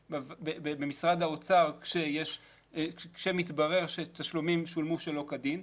במשרד האוצר כשמתברר שתשלומים שולמו שלא כדין.